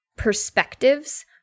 perspectives